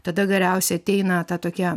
tada galiausiai ateina ta tokia